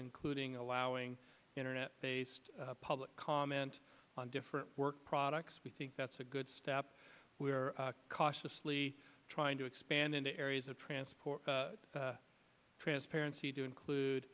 including allowing internet based public comment on different work products we think that's a good step we are cautiously trying to expand in the areas of transport transparency to include